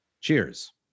Cheers